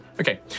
okay